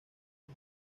los